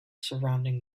surrounding